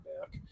back